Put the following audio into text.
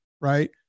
right